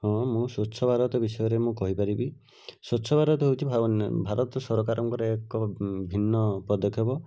ହଁ ମୁଁ ସ୍ଵଚ୍ଛଭାରତ ବିଷୟରେ ମୁଁ କହିପାରିବି ସ୍ଵଚ୍ଛଭାରତ ହେଉଛି ଭାରତ ସରକାରଙ୍କର ଏକ ଭିନ୍ନ ପଦକ୍ଷେପ